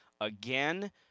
again